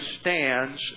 stands